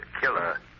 killer